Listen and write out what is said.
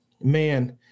man